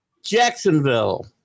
Jacksonville